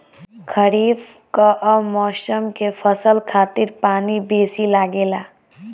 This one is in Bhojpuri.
खरीफ कअ मौसम के फसल खातिर पानी बेसी लागेला